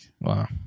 wow